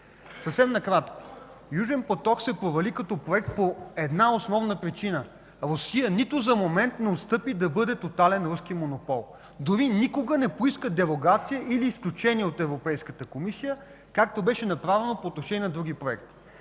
Съвсем накратко: „Южен поток” се провали като проект по една основна причина – Русия нито за момент не отстъпи да бъде тотален руски монопол. Дори никога не поиска дерогация или изключение от Европейската комисия, както беше направено по отношение на други проекти.